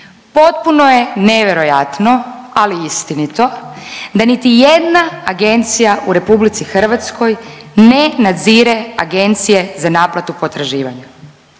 Potpuno je nevjerojatno, ali istinito da niti jedna agencija u RH ne nadzire agencije za naplatu potraživanja.